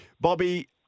Bobby